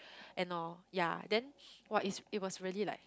and all ya then !wah! it it was really like